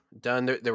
done